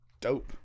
dope